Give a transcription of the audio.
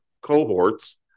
cohorts